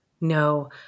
No